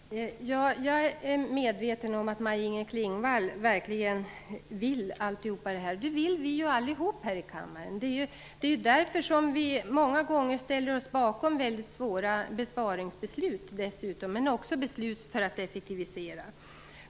Herr talman! Jag är medveten om att Maj-Inger Klingvall verkligen vill allt detta. Det vill vi ju allihop här i kammaren. Det är därför som vi många gånger ställer oss bakom väldigt svåra beslut om besparingar men också beslut om effektiviseringar.